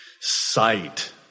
sight